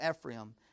Ephraim